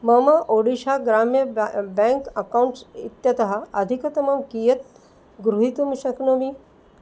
मम ओडिशा ग्राम्य बे बेङ्क् अकौण्ट्स् इत्यतः अधिकतमं कियत् गृहितुं शक्नोमि